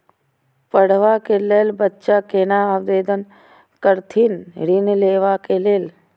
पढ़वा कै लैल बच्चा कैना आवेदन करथिन ऋण लेवा के लेल?